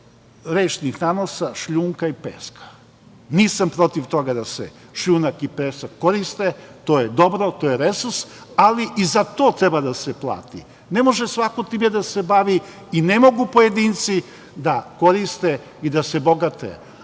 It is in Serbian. rečnih nanosa, šljunka i peska. Nisam protiv toga da se šljunak i pesak koriste, to je dobro, to je resurs, ali i za to treba da se plati. Ne može svako time da se bavi i ne mogu pojedinci da koriste i da se bogate,